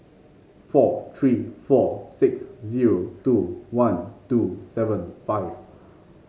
four three four six zero two one two seven five